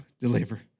deliver